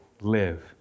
live